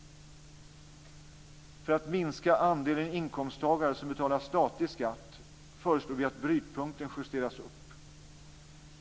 För att minska andelen inkomsttagare som betalar statlig skatt föreslår vi att brytpunkten justeras upp.